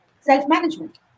Self-management